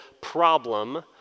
problem